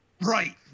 right